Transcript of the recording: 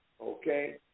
Okay